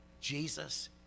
Jesus